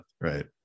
Right